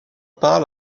pas